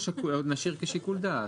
או שנשאיר כשיקול דעת?